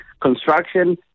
Construction